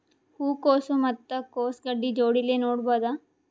ಹೂ ಕೊಸು ಮತ್ ಕೊಸ ಗಡ್ಡಿ ಜೋಡಿಲ್ಲೆ ನೇಡಬಹ್ದ?